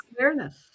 awareness